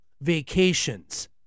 vacations